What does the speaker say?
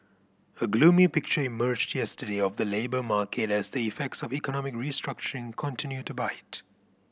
a gloomy picture emerged yesterday of the labour market as the effects of economic restructuring continue to bite